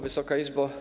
Wysoka Izbo!